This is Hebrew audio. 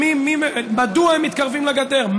מדוע הם מתקרבים לגדר?